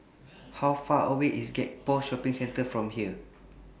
How Far away IS Gek Poh Shopping Centre from here